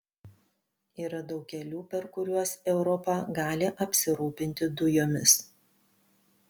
yra daug kelių per kuriuos europa gali apsirūpinti dujomis